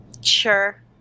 Sure